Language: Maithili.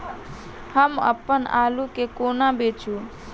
हम अप्पन आलु केँ कोना बेचू?